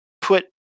put